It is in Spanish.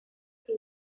que